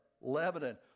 Lebanon